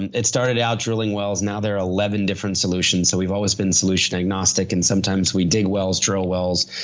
and it started out drilling wells. now there are eleven different solutions so, we've always been solution agnostic and sometimes we dig wells, drill wells,